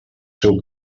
seu